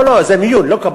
לא, לא, זה מיון, לא קבלה.